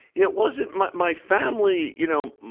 it wasn't my my family, you know